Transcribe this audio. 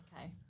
Okay